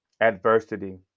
adversity